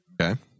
Okay